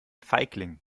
feigling